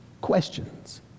questions